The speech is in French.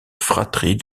fratrie